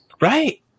Right